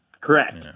Correct